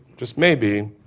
just maybe,